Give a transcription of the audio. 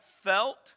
felt